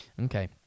okay